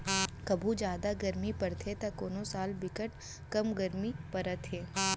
कभू जादा गरमी परथे त कोनो साल बिकटे कम गरमी परत हे